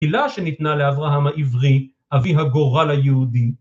מילה שניתנה לאברהם העברי, אבי הגורל היהודי.